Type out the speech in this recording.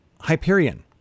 Hyperion